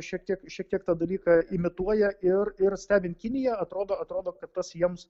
šiek tiek šiek tiek tą dalyką imituoja ir ir stebint kiniją atrodo atrodo kad tas jiems